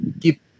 keep